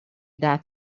that